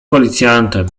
policjantem